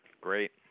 Great